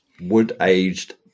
wood-aged